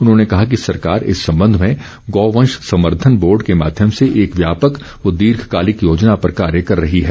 उन्होंने कहा कि सरकार इस संबंध में गौवंश संवर्दन बोर्ड के माध्यम से एक व्यापक व दीर्घकालिक योजना पर कार्य कर रही है